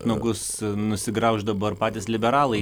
nagus nusigrauš dabar patys liberalai